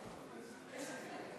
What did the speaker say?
בבקשה, אדוני.